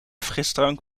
frisdrank